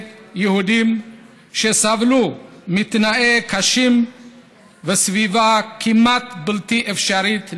יהודים שסבלו מתנאים קשים וסביבה כמעט בלתי אפשרית למחיה,